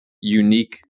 unique